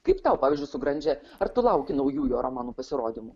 kaip tau pavyzdžiui su granžė ar tu lauki naujų jo romanų pasirodymo